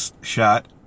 shot